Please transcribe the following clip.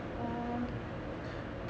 err